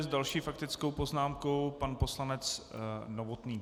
S další faktickou poznámkou pan poslanec Novotný.